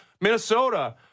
Minnesota